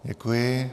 Děkuji.